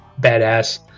badass